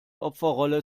opferrolle